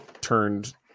turned